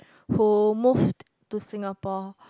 who moved to Singapore